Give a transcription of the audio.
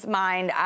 mind